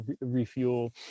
refuel